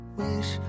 wish